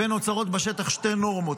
ונוצרות בשטח שתי נורמות,